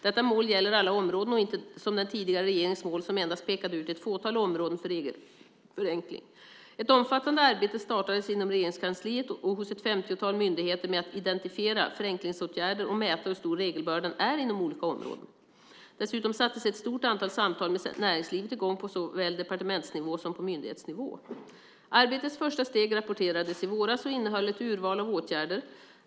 Detta mål gäller alla områden och inte som den tidigare regeringens mål som endast pekade ut ett fåtal områden för regelförenkling. Ett omfattande arbete startades inom Regeringskansliet och hos ett femtiotal myndigheter med att identifiera förenklingsåtgärder och mäta hur stor regelbördan är inom olika områden. Dessutom sattes ett stort antal samtal med näringslivet i gång på såväl departementsnivå som myndighetsnivå. Arbetets första steg rapporterades i våras och innehöll ett urval av åtgärder.